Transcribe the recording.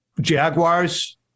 Jaguars